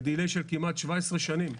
בדיליי של כמעט 17 שנים,